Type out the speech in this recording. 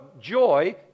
Joy